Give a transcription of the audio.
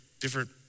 different